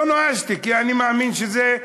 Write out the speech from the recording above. לא נואשתי, כי אני מאמין שזו חובתנו.